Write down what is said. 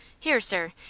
here, sir,